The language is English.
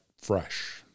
fresh